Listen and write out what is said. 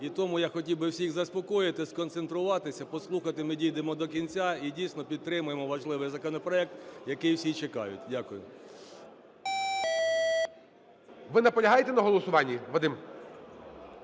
і тому я хотів би всіх заспокоїти, сконцентруватися, послухати. Ми дійдемо до кінця і дійсно підтримаємо важливий законопроект, який всі чекають. Дякую. ГОЛОВУЮЧИЙ. Ви наполягаєте на голосуванні, Вадим?